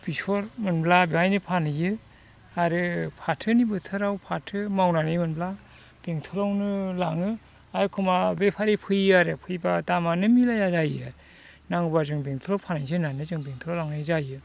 बेसर मोनोब्ला बेवहायनो फानहैयो आरो फाथोनि बोथोराव फाथो मावनानै मोनोब्ला बेंथलावनो लाङो आरो एखनबा बेफारि फैयो आरो फैबा दामानो मिलाया जायो नांगौबा जों बेंथलाव फानहैनोसै होननानै जों बेंथलाव लांनाय जायो